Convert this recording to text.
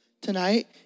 tonight